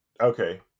okay